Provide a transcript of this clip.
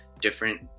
different